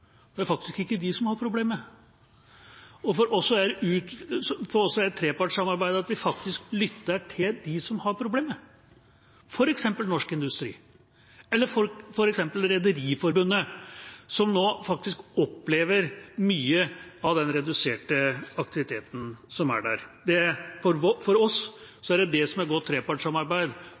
Det er faktisk ikke de som har problemet. For oss er trepartssamarbeidet at vi faktisk lytter til dem som har problemet – f.eks. Norsk Industri eller Rederiforbundet, som nå faktisk opplever mye av den reduserte aktiviteten. For oss er det det som er godt trepartssamarbeid – å